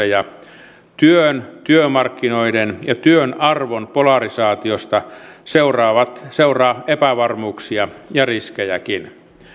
ja resursseja työn työmarkkinoiden ja työn arvon polarisaatiosta seuraa seuraa epävarmuuksia ja riskejäkin